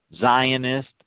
Zionist